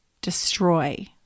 destroy